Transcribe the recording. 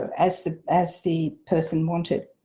as the as the person wanted.